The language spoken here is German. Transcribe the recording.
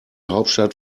hauptstadt